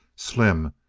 slim,